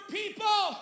people